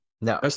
no